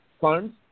funds